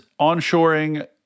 onshoring